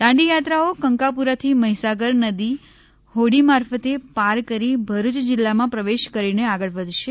દાંડીયાત્રીઓ કંકાપુરાથી મહીસાગર નદી હોડી મારફત પાર કરી ભરૂચ જિલ્લામાં પ્રવેશ કરીને આગળ વધશે